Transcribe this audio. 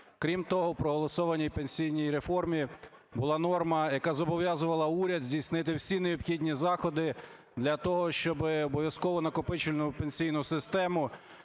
Крім того, в проголосованій пенсійній реформі була норма, яка зобов'язувала уряд здійснити всі необхідні заходи для того, щоб обов'язкову накопичувальну пенсійну систему